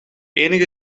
enige